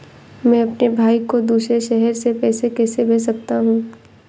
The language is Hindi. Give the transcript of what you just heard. मैं अपने भाई को दूसरे शहर से पैसे कैसे भेज सकता हूँ?